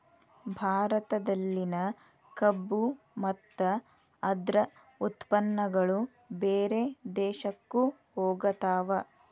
ಭಾರತದಲ್ಲಿನ ಕಬ್ಬು ಮತ್ತ ಅದ್ರ ಉತ್ಪನ್ನಗಳು ಬೇರೆ ದೇಶಕ್ಕು ಹೊಗತಾವ